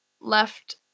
left